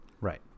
right